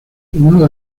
uno